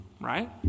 right